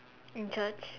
you judge